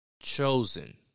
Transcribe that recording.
chosen